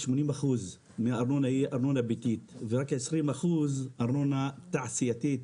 80% מהארנונה היא ארנונה ביתית ורק 20% ארנונה תעשייתית,